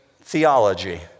theology